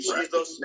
Jesus